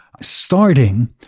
starting